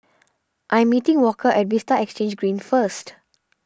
I'm meeting Walker at Vista Exhange Green first